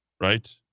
right